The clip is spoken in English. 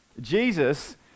Jesus